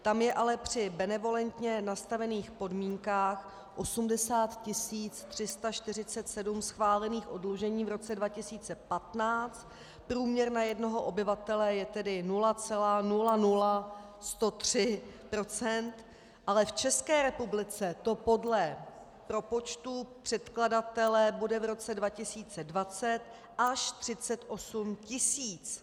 Tam je ale při benevolentně nastavených podmínkách 80 347 schválených oddlužení v roce 2015, průměr na jednoho obyvatele je tedy 0,00103 %, ale v České republice to podle propočtů předkladatele bude v roce 2020 až 38 tisíc.